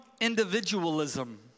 individualism